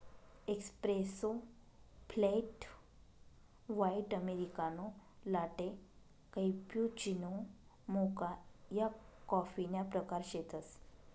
espresso, flat white, americano, latte, cappuccino, mocha या कॉफीना प्रकार शेतसं